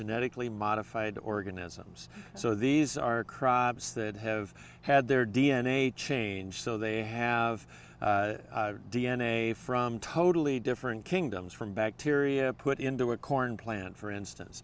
genetically modified organisms so these are crops that have had their d n a changed so they have d n a from totally different kingdoms from bacteria put into a corn plant for instance